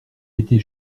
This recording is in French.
été